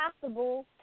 possible